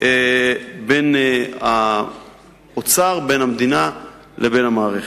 בין האוצר, בין המדינה ובין המערכת.